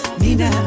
nina